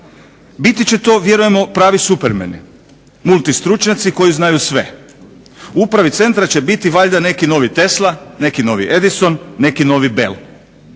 Biti će to vjerujemo pravi supermeni, multi stručnjaci koji znaju sve. U upravi centra će biti valjda neki novi Tesla, neki novi Edison, neki novi Bel.